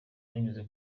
banyuze